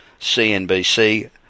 CNBC